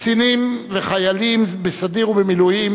קצינים וחיילים בסדיר ובמילואים,